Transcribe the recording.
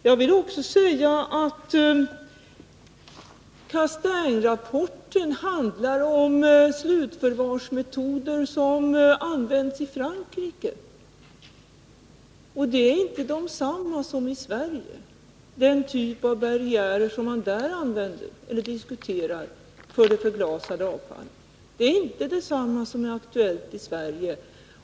Jag vill också säga att Castaingrapporten handlar om slutförvarsmetoder som används i Frankrike. De barriärer som man där använder eller diskuterar för det förglasade avfallet är inte desamma som de som är aktuella iSverige.